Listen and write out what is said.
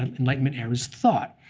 and enlightenment era was thought.